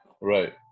Right